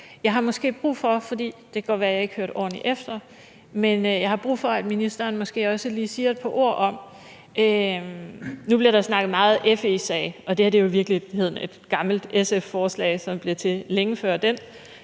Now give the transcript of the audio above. og det synes jeg jo er godt. Det kan godt være, at jeg ikke hørte ordentligt efter, men der er noget, jeg har brug for at ministeren også lige siger et par ord om. Nu bliver der snakket meget om FE-sagen, og det her er jo i virkeligheden et gammelt SF-forslag, som blev til, længe før den